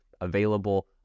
available